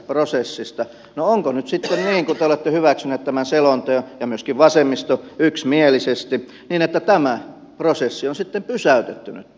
no onko nyt sitten niin kun te olette hyväksyneet tämän selonteon ja myöskin vasemmisto yksimielisesti että tämä prosessi on sitten pysäytetty nytten